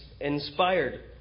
inspired